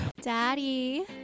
Daddy